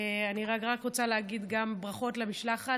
אני רק רוצה להגיד גם ברכות למשלחת.